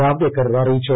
ജാവ്ദേക്കർ അറിയിച്ചു